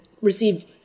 receive